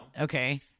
Okay